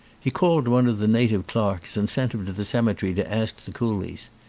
he called one of the native clerks and sent him to the cemetery to ask the coolies.